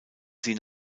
sie